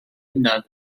hunan